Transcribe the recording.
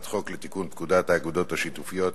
חוק לתיקון פקודת האגודות השיתופיות (מס'